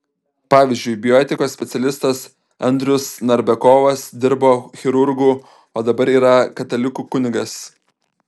pavyzdžiui bioetikos specialistas andrius narbekovas dirbo chirurgu o dabar yra katalikų kunigas